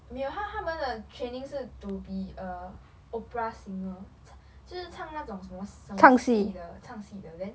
没有他他们的 training 是 to be uh opera singer 就是唱那种什么什么戏的唱戏的 then